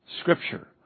scripture